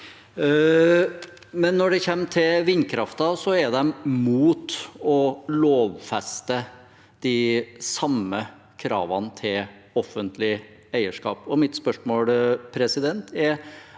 når det gjelder vindkraften, er de imot å lovfeste de samme kravene til offentlig eierskap. Mitt spørsmål er: Hva er